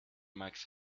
max